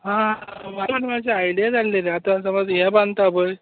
आं म्हाका मात्शी आयडीया जाय आसली आतां हें बांदता पळय